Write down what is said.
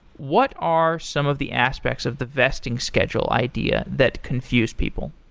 what are some of the aspects of the vesting schedule idea that confuse people?